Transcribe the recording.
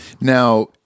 Now